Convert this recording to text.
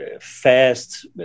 fast